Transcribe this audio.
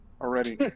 already